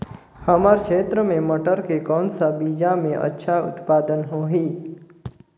हमर क्षेत्र मे मटर के कौन सा बीजा मे अच्छा उत्पादन होही?